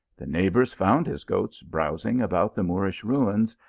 the neighbours found his goats browsing about the moorish ruins,